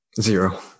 Zero